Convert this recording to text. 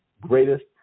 greatest